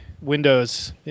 Windows